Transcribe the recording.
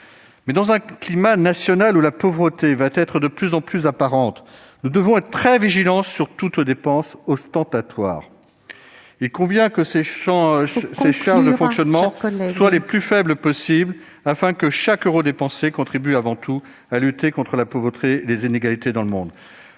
Dans un climat national où la pauvreté sera de plus en plus apparente, nous devons être très vigilants sur toute dépense ostentatoire. Veuillez conclure, mon cher collègue. Il convient que ces charges de fonctionnement soient les plus faibles possible afin que chaque euro dépensé contribue avant tout à lutter contre la pauvreté et les inégalités dans le monde.